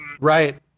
Right